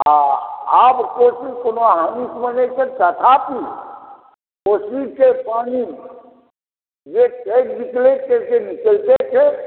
आ आब कोशी कोनो हानी मे नहि छथि तथापि कोशी के पानि जे छै नीकलैत से नीकैलते छै